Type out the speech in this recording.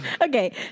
Okay